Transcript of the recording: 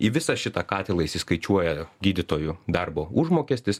į visą šitą katilą išsiskaičiuoja gydytojų darbo užmokestis